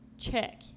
Check